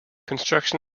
construction